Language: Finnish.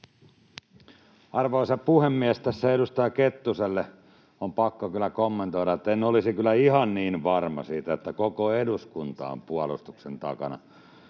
Arvoisa puhemies! Edustaja Kettuselle on pakko kyllä kommentoida, että en olisi kyllä ihan niin varma siitä, että koko eduskunta on puolustuksen takana.